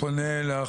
בני,